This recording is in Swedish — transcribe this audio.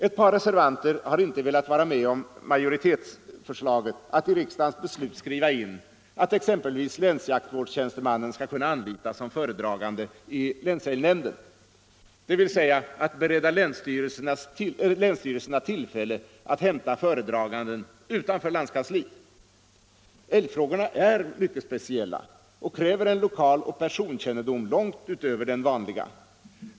Ett par reservanter har inte velat vara med om majoritetsförslaget att i riksdagens beslut skriva in att exempelvis länsjaktvårdstjänstemannen skall kunna anlitas som föredragande i länsälgnämnden, dvs. att bereda länsstyrelserna tillfälle att hämta föredragande utanför landskansliet. Älgfrågorna är mycket speciella och kräver en lokaloch personkännedom långt utöver den vanliga.